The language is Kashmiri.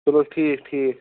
چلو حظ ٹھیٖک ٹھیٖک